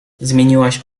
zmieniłaś